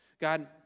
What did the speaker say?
God